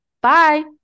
Bye